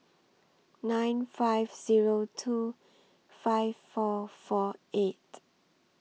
nine five Zero two five four four eight